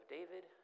David